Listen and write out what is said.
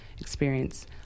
experience